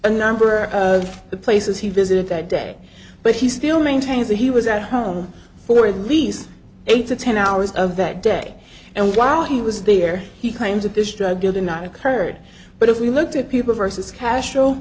a number of the places he visited that day but he still maintains that he was at home for at least eight to ten hours of that day and while he was there he claims that this drug dealer not occurred but if we looked at people versus cas